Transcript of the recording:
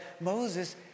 Moses